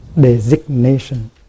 designation